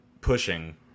pushing